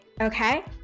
okay